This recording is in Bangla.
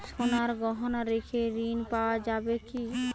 সোনার গহনা রেখে ঋণ পাওয়া যাবে কি?